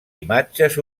imatges